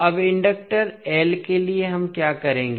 अब इंडक्टर के लिए हम क्या करेंगे